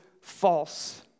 false